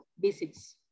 basics